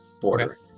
border